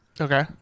Okay